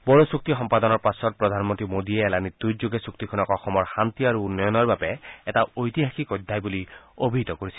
বড়ো চূক্তি সম্পাদনৰ পাছত প্ৰধানমন্ত্ৰী মোদীয়ে এলানি টুইটযোগে চুক্তিখনক অসমৰ শান্তি আৰু উন্নয়নৰ বাবে এটা ঐতিহাসিক অধ্যায় বুলি অভিহিত কৰিছিল